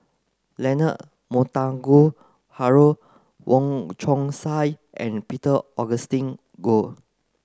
Leonard Montague Harrod Wong Chong Sai and Peter Augustine Goh